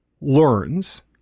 learns